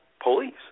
police